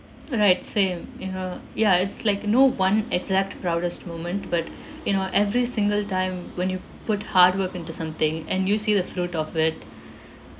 right same you know ya it's like no one exact proudest moment but you know every single time when you put hard work into something and you see the fruit of it